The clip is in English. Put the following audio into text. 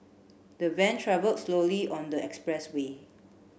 the van travell slowly on the expressway